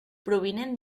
provinent